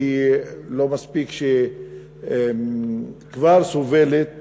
שלא מספיק שהיא כבר סובלת